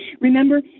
Remember